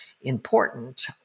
important